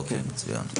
אוקי, מצוין.